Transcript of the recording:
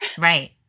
Right